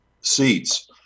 seats